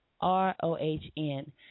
R-O-H-N